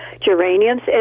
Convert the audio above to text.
geraniums